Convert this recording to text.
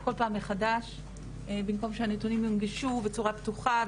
כל פעם מחדש במקום שהנתונים יונגשו בצורה פתוחה,